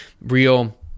real